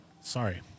Sorry